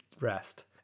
Rest